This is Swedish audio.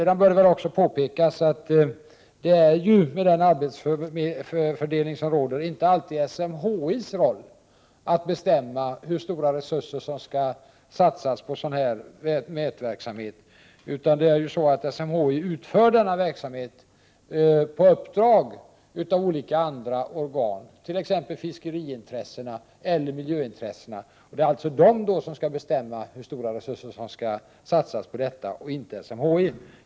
Det bör också påpekas att det med den arbetsfördelning som råder inte alltid är SMHI:s uppgift att bestämma över hur stora resurser som skall satsas på sådan här mätverksamhet. SMHI utför denna verksamhet på uppdrag av olika andra organ, som t.ex. företräder fiskerieller miljöintressena, och det är de som då skall bestämma hur stora resurser som skall satsas, inte SMHI.